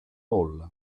hall